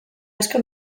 asko